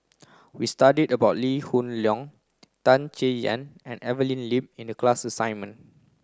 we studied about Lee Hoon Leong Tan Chay Yan and Evelyn Lip in the class assignment